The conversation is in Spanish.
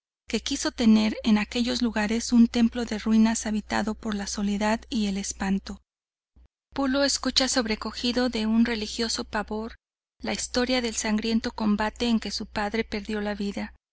que quiso tener en aquellos lugares un templo de ruinas habitado por la soledad y el espanto pulo escucha sobrecogido de un religioso pavor la historia del sangriento combate en que su padre perdió la vida